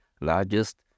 largest